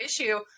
issue